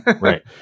right